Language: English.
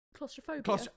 Claustrophobia